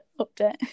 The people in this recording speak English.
Update